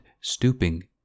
stooping